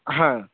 হ্যাঁ